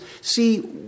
see